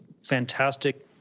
fantastic